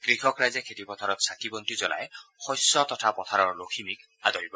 কৃষক ৰাইজে খেতি পথাৰত চাকি বন্তি জ্বলাই শস্য তথা পথাৰৰ লখিমীক আদৰিব